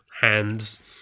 hands